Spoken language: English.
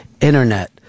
Internet